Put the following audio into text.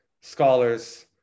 Scholars